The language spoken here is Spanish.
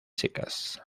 secas